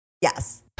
Yes